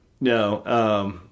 no